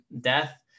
death